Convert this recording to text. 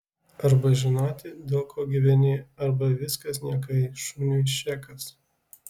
arba žinoti dėl ko gyveni arba viskas niekai šuniui šėkas